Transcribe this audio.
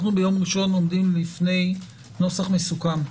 ביום ראשון אנו עומדים בפני נוסח מסוכם.